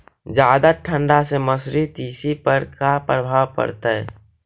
जादा ठंडा से मसुरी, तिसी पर का परभाव पड़तै?